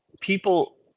people